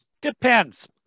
Depends